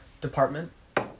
department